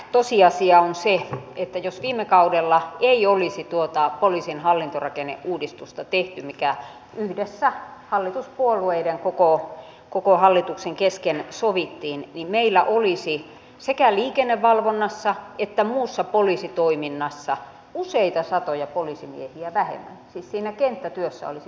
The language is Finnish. tosiasia on se että jos viime kaudella ei olisi tuota poliisin hallintorakenneuudistusta tehty mikä yhdessä hallituspuolueiden koko hallituksen kesken sovittiin niin meillä olisi sekä liikennevalvonnassa että muussa poliisitoiminnassa useita satoja poliisimiehiä vähemmän siis siinä kenttätyössä olisi vähemmän